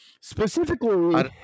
specifically